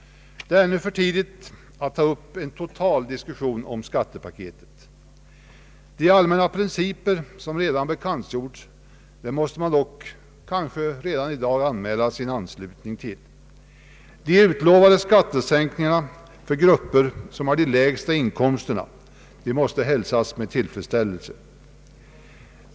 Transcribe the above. Det är nu för tidigt att tr upp en total diskussion om skattepake tet. De allmänna principer som redar bekantgjorts måste man dock kanske redan i dag anmäla sin anslutning till. De utlovade skattesänkningarna för grupper med de lägsta inkomsterna måste hälsas med tillfredsställelse.